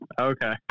Okay